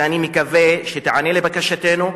ואני מקווה שתיענה לבקשתנו,